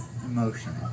emotional